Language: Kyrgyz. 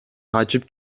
качып